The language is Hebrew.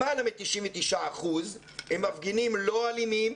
למעלה מ-99% הם מפגינים לא אלימים.